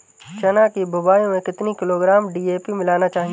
चना की बुवाई में कितनी किलोग्राम डी.ए.पी मिलाना चाहिए?